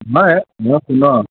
হয় মোক শুনক